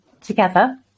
together